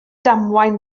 damwain